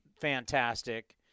fantastic